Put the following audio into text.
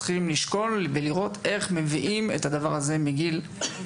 צריכים לשקול ולבדוק איך אנחנו מביאים את הדבר הזה לביצוע,